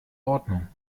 ordnung